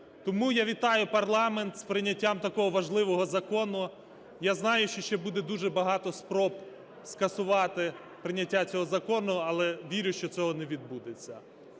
Тому я вітаю парламент з прийняттям такого важливого закону. Я знаю, що ще буде дуже багато спроб скасувати прийняття цього закону, але вірю, що цього не відбудеться.